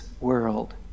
world